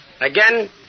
Again